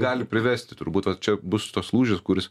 gali priversti turbūt va čia bus tas lūžis kuris